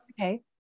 Okay